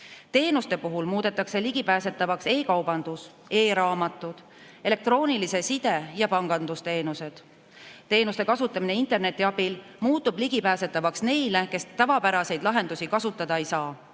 Teenuste puhul muudetakse ligipääsetavaks e-kaubandus, e-raamatud, elektroonilise side ja pangandusteenused. Teenuste kasutamine interneti abil muutub ligipääsetavaks neile, kes tavapäraseid lahendusi kasutada ei saa.